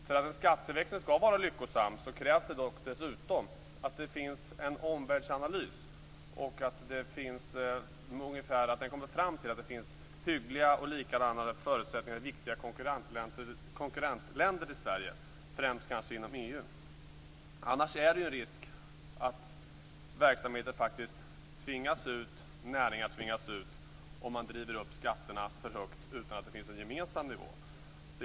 För att en skatteväxling skall vara lyckosam krävs det dock att det dessutom finns en omvärldsanalys och att den kommer fram till att det finns hyggliga och likadana förutsättningar i viktiga konkurrentländer till Sverige, främst kanske inom EU. Annars finns det en risk för att verksamheter och näringar faktiskt tvingas ut om man driver upp skatterna för högt utan att det finns en gemensam nivå.